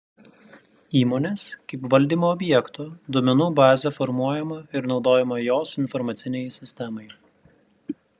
įmonės kaip valdymo objekto duomenų bazė formuojama ir naudojama jos informacinei sistemai